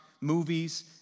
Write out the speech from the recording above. movies